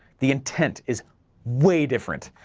the intent is way different,